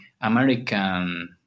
American